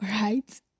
Right